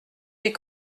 des